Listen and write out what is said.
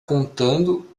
contando